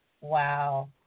Wow